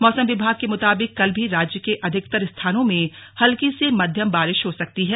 मौसम विभाग के मुताबिक कल भी राज्य के अधिकतर स्थानों में हल्की से मध्यम बारिश हो सकती है